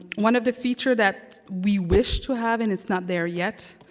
one of the features that we wish to have and it's not there yet,